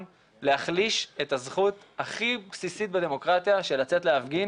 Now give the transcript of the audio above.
להחליש את הזכות הכי בסיסית בדמוקרטיה של לצאת להפגין,